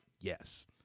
Yes